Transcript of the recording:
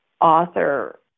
author